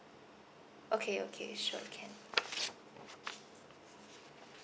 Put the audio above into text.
okay okay sure can